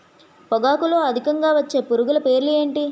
పొగాకులో అధికంగా వచ్చే పురుగుల పేర్లు ఏంటి